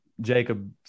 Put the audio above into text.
Jacob